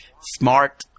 smart